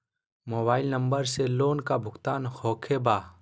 Mobile number से loan का भुगतान होखे बा?